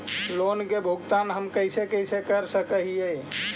Loan के भुगतान हम कैसे कैसे कर सक हिय?